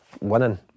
winning